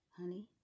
honey